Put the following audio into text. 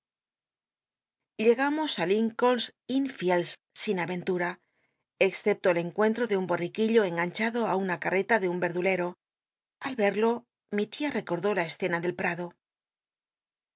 llegamos lincolns tnn fields sin aycntura excepto el encuentro de un borriquillo enganchado í una carrcta de un yerduicj'o al rcrlo mi tia recordó la escena del pado